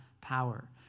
power